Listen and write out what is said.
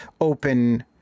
open